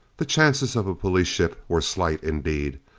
the chances of a police ship were slight indeed,